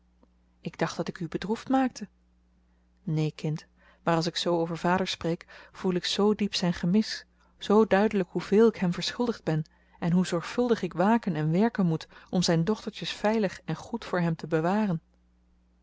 ik dacht dat ik u bedroefd maakte neen kind maar als ik zoo over vader spreek voel ik zoo diep zijn gemis zoo duidelijk hoeveel ik hem verschuldigd ben en hoe zorgvuldig ik waken en werken moet om zijn dochtertjes veilig en goed voor hem te bewaren